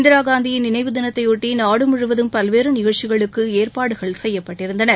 இந்திரா காந்தியின் நினைவு தினத்தையாட்டி நாடு முழுவதும் பல்வேறு நிகழ்ச்சிகளுக்கு ஏற்பாடுகள் செய்யப்பட்டிருந்தன